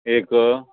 एक